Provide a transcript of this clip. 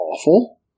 awful